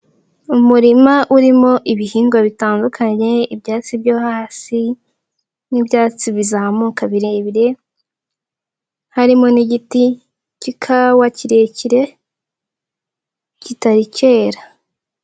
Umurima urimo ibihingwa bitandukanye, ibyatsi byo hasi n'ibyatsi bizamuka birebire, harimo n'igiti cy'ikawa kirekire kitari cyera.